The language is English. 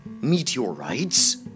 Meteorites